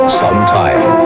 sometime